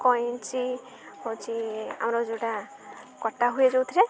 କଇଞ୍ଚି ହେଉଛି ଆମର ଯେଉଁଟା କଟା ହୁଏ ଯେଉଁଥିରେ